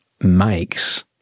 makes